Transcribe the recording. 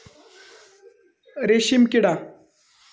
रेशीमकिडा